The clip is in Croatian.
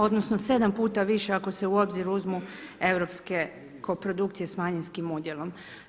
Odnosno 7 puta više ako se u obzir uzmu europske koprodukcije s manjinskim udjelom.